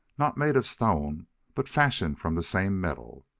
not made of stone but fashioned from the same metal!